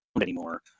anymore